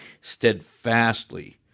steadfastly